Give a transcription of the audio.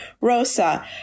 Rosa